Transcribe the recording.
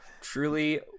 Truly